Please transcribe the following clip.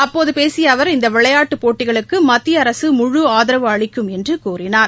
அப்போது பேசிய அவர் இந்த விளையாட்டுப் போட்டிகளுக்கு மத்திய அரசு முழுஆதாவு அளிக்கும் என்று கூறினார்